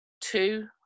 two